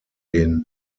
den